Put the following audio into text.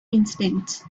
incidents